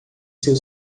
seu